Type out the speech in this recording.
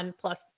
plus